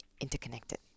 interconnected